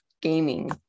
gaming